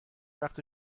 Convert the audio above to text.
وقت